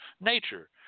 nature